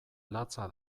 latza